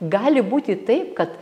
gali būti taip kad